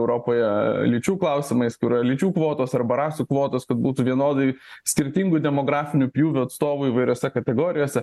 europoje lyčių klausimais kur yra lyčių kvotos arba rasių kvotos kad būtų vienodai skirtingų demografinių pjūvių atstovų įvairiose kategorijose